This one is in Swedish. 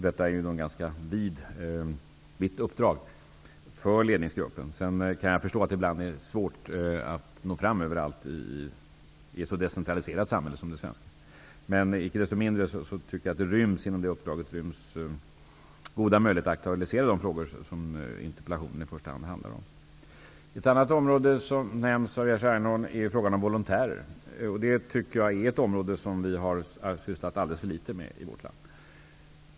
Detta är ett ganska vitt uppdrag för ledningsgruppen. Jag kan dock förstå att det ibland kan vara svårt att nå fram överallt i ett så decentraliserat samhälle som det svenska. Men icke desto mindre tycker jag att det inom detta uppdrag ryms goda möjligheter att aktualisera de frågor som interpellationen i första rummet handlar om. Ett annat område som nämns av Jerzy Einhorn är frågan om volontärer. Jag tycker att detta är något som vi har sysslat alldeles för litet med i vårt land.